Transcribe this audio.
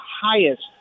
highest